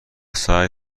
سعی